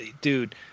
dude